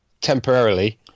Temporarily